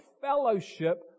fellowship